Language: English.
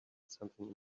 something